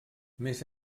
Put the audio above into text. més